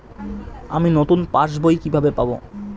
আমি নতুন পাস বই কিভাবে পাব?